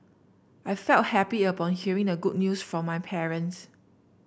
I felt happy upon hearing the good news from my parents